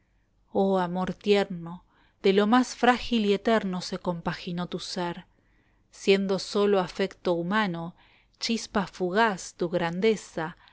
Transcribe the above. oh amor tierno de lo más frágil y eterno se compaginó tu ser siendo sólo afecto humano chispa fugaz tu grandeza